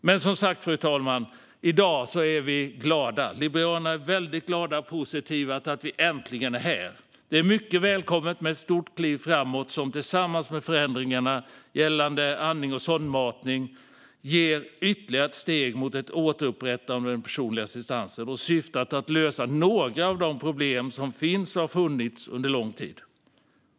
Men som sagt, fru talman, är vi i dag glada. Liberalerna är mycket glada och positiva till att vi äntligen är här. Det är mycket välkommet med ett stort kliv framåt, som tillsammans med förändringarna gällande andning och sondmatning ger ytterligare steg mot ett återupprättande av den personliga assistansen och syftar till att lösa några av de problem som finns och har funnits under lång tid.